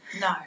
No